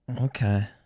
Okay